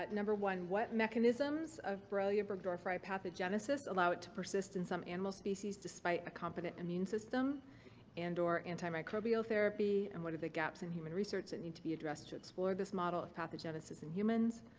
number one, what mechanisms of borrelia burgdorferi pathogenesis allow it to persist in some animal species despite a competent immune system and or antimicrobial therapy and what are the gaps in human research that need to be addressed to explore this model pathogenesis in humans?